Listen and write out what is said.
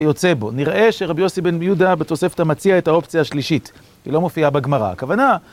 יוצא בו. נראה שרבי יוסי בן מיודה בתוספתה מציע את האופציה השלישית, היא לא מופיעה בגמרה.